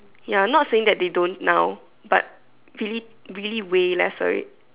ya I'm not saying that they don't now but really really way lesser already